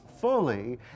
fully